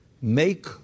make